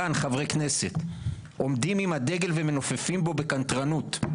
חברי כנסת כאן עומדים עם הדגל ומנופפים בו בקנטרנות.